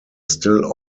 still